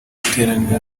iteraniro